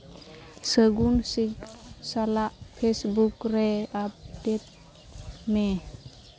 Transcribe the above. ᱥᱟᱹᱜᱩᱱ ᱥᱟᱞᱟᱜ ᱯᱷᱮᱥᱵᱩᱠ ᱨᱮ ᱟᱯᱰᱮᱴ ᱢᱮ